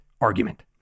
argument